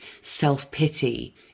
self-pity